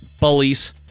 Bullies